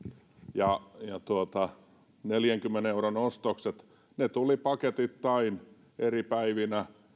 ja ne neljänkymmenen euron ostokset tulivat paketeittain eri päivinä